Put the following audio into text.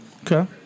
Okay